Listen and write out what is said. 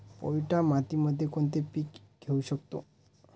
पोयटा मातीमध्ये कोणते पीक घेऊ शकतो?